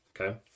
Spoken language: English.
Okay